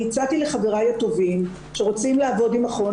הצעתי לחבריי הטובים שרוצים לעבוד עם מכון